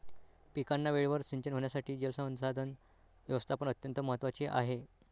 पिकांना वेळेवर सिंचन होण्यासाठी जलसंसाधन व्यवस्थापन अत्यंत महत्त्वाचे आहे